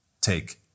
Take